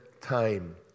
time